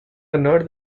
honor